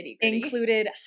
included